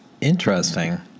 Interesting